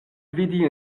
vidi